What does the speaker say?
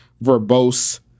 verbose